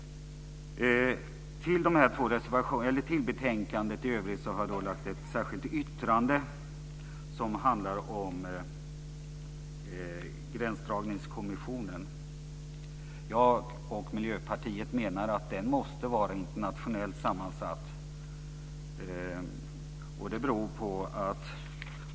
I övrigt har jag till betänkandet fogat ett särskilt yttrande som handlar om gränsdragningskommissionen. Jag och Miljöpartiet menar att den måste vara internationellt sammansatt.